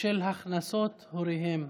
בשל הכנסות הוריהם),